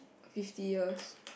fifty years